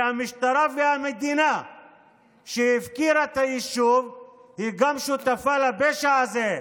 והמשטרה והמדינה שהפקירה את היישוב היא גם שותפה לפשע הזה.